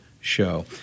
show